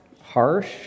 harsh